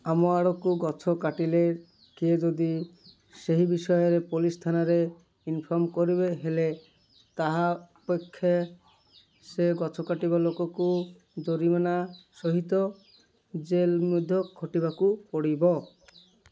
ଆମ ଆଡ଼କୁ ଗଛ କାଟିଲେ କିଏ ଯଦି ସେହି ବିଷୟରେ ପୋଲିସ୍ ଥାନାରେ ଇନଫର୍ମ୍ କରିବେ ହେଲେ ତାହା ଅପେକ୍ଷେ ସେ ଗଛ କାଟିବ ଲୋକକୁ ଜୋରିମନା ସହିତ ଜେଲ୍ ମଧ୍ୟ ଖଟିବାକୁ ପଡ଼ିବ